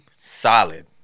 solid